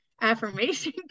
affirmation